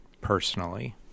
personally